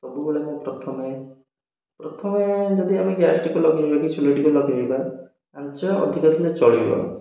ସବୁବେଳେ ମୁଁ ପ୍ରଥମେ ପ୍ରଥମେ ଯଦି ଆମେ ଗ୍ୟାସ୍ଟିକୁ ଲଗେଇବା କି ଚୁଲିଟିକୁ ଲଗେଇବା ଆଞ୍ଚ ଅଧିକା ଥିଲେ ଚଳିବ